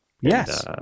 Yes